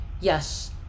yes